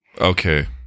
Okay